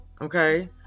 Okay